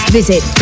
visit